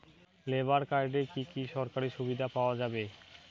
Labour কার্ডে কি কি সরকারি সুবিধা পাওয়া যাবে?